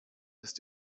ist